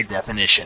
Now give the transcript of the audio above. definition